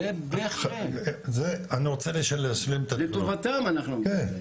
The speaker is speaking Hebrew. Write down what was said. זה בהחלט, לטובתם אנחנו אומרים.